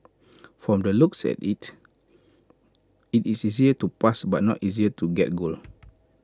from the looks at IT it is easier to pass but not easier to get goal